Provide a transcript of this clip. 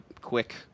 quick